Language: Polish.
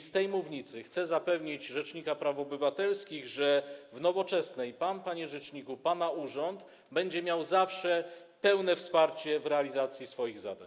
Z tej mównicy chcę zapewnić rzecznika praw obywatelskich, że w Nowoczesnej pan, panie rzeczniku, pana urząd będzie miał zawsze pełne wsparcie w realizacji swoich zadań.